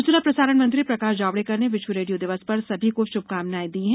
सूचना प्रसारण मंत्री प्रकाश जावेडकर ने विश्व रेडियो दिवस पर सभी को शुभकामनाएं दी हैं